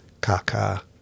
Kaka